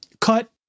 cut